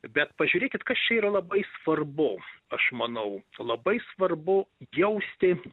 bet pažiūrėkit kas čia yra labai svarbu aš manau labai svarbu jausti